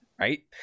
Right